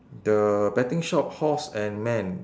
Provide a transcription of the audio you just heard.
the betting shop horse and man